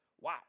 Wow